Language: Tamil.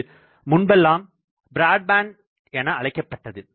இது முன்பெல்லாம் பிராட்பேண்ட் என அழைக்கப்பட்டது